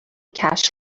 cash